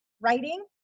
writing